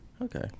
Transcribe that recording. Okay